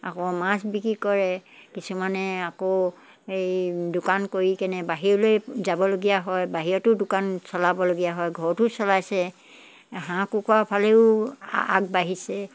আকৌ মাছ বিক্ৰী কৰে কিছুমানে আকৌ এই দোকান কৰি কেনে বাহিৰলৈ যাবলগীয়া হয় বাহিৰতো দোকান চলাবলগীয়া হয় ঘৰতো চলাইছে হাঁহ কুকুৰাৰ ফালেও আ আগবাঢ়িছে